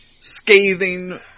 scathing